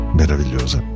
meravigliosa